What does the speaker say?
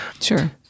Sure